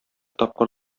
тапкыр